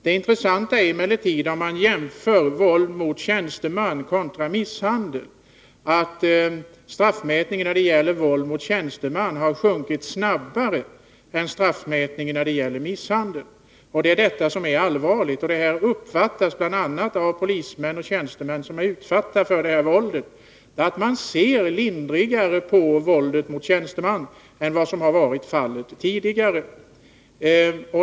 Det intressanta är emellertid, om man jämför våld mot tjänsteman kontra misshandel, att straffmätningen när det gäller våld mot tjänsteman har sjunkit snabbare än straffmätningen när det gäller misshandel. Det är detta som är allvarligt. Det uppfattas bl.a. av polismän och tjänstemän som är utsatta för våldet som att man ser lindrigare på våld mot tjänsteman än tidigare.